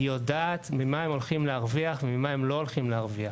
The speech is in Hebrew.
היא יודעת ממה הם הולכים להרוויח וממה הם לא הולכים להרוויח.